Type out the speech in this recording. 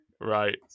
Right